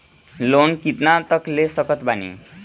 Loan कितना तक ले सकत बानी?